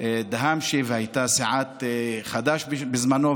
דהאמשה והייתה סיעת חד"ש בזמנו,